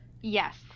Yes